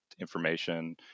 information